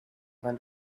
than